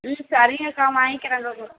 ம் சரிங்கக்கா வாங்கிக்கிறேன் கொஞ்சம்